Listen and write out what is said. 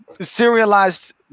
serialized